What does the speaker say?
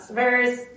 verse